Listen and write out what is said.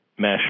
mesh